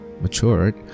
matured